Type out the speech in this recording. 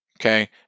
okay